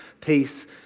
peace